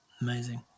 Amazing